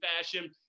fashion